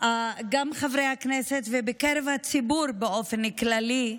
חברי הכנסת ובקרב הציבור באופן כללי,